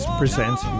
presents